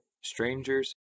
stranger's